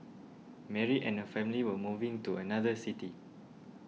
Mary and her family were moving to another city